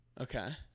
okay